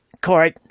Court